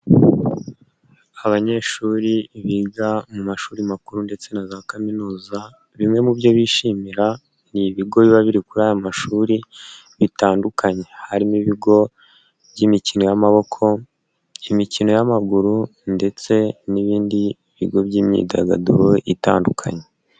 Abanyeshuri biga mu mashuri makuru ndetse na za kaminuza, bimwe mu byo bishimira ni ibigo biba biri kuri aya mashuri bitandukanye, harimo ibigo by'imikino y'amaboko, imikino y'amaguru ndetse n'ibindi bigo by'imyidagaduro itandukanye.